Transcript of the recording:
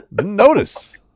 notice